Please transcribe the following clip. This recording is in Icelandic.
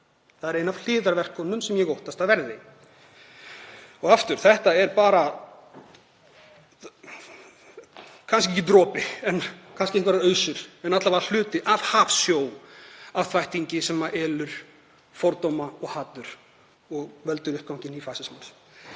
Það er ein af hliðarverkununum sem ég óttast að verði. Þetta er kannski ekki dropi en kannski einhverjar ausur, alla vega hluti af hafsjó af þvættingi sem elur á fordómum og hatri og veldur uppgangi nýfasismans.